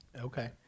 Okay